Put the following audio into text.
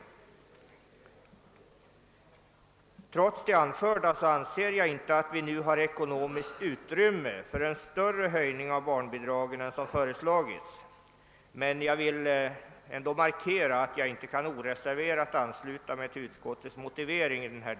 Men trots det anförda anser jag ändå inte att vi nu har ekonomiskt utrymme för en större höjning av barnbidraget än den som föreslagits. Jag har här bara velat markera att jag inte oreserverat kan ansluta mig till utskottets motivering i denna del.